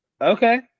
Okay